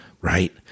right